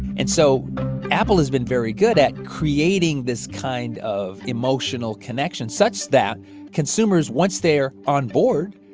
and so apple has been very good at creating this kind of emotional connection, such that consumers, once they're on board,